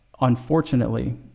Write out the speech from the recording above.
unfortunately